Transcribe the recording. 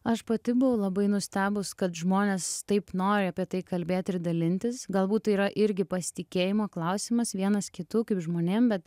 aš pati buvau labai nustebus kad žmonės taip nori apie tai kalbėti ir dalintis galbūt tai yra irgi pasitikėjimo klausimas vienas kitu kaip žmonėm bet